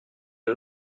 est